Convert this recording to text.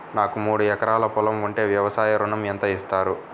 నాకు మూడు ఎకరాలు పొలం ఉంటే వ్యవసాయ ఋణం ఎంత ఇస్తారు?